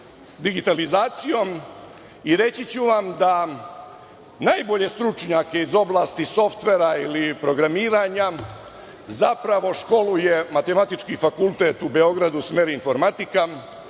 digitalizacijom i reći ću vam da najbolje stručnjake iz oblasti softvera ili programiranja zapravo školuje Matematički fakultet u Beogradu, smer informatika,